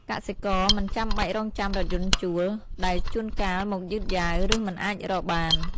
កសិករមិនចាំបាច់រងចាំរថយន្តជួល ដែលជួនកាលមកយឺតយ៉ាវ ឬមិនអាចរកបាន។